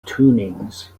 tunings